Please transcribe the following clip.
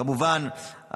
כמובן,